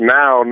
now